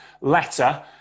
letter